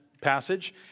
passage